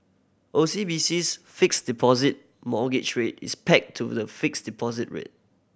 O C B C's Fixed Deposit Mortgage Rate is pegged to the fixed deposit rate